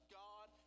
god